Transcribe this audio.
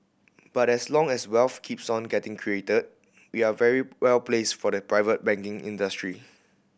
but as long as wealth keeps on getting created we are very well placed for the private banking industry